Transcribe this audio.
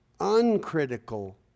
uncritical